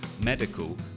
medical